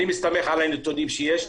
אני מסתמך על הנתונים שיש.